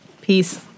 Peace